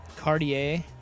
Cartier